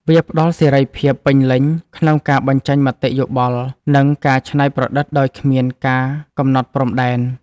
វាផ្ដល់សេរីភាពពេញលេញក្នុងការបញ្ចេញមតិយោបល់ និងការច្នៃប្រឌិតដោយគ្មានការកំណត់ព្រំដែន។